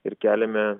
ir keliame